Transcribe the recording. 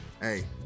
hey